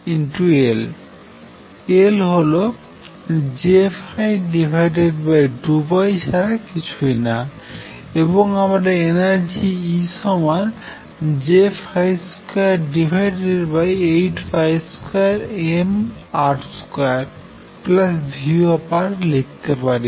Lহল J2π ছাড়া কিছুই না এবং আমরা এনার্জি E সমান J282mR2Vলিখতে পারি